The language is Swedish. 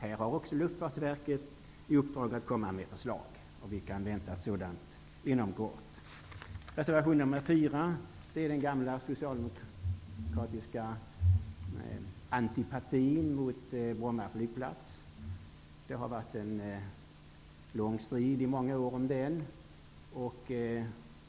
Här har Luftfartsverket i uppdrag att komma med förslag. Vi kan vänta ett sådant inom kort. Reservation 4 är ett uttryck för den gamla socialdemokratiska antipatin mot Bromma flygplats. Det har varit en lång strid i många år om den.